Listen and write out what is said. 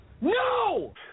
No